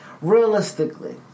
realistically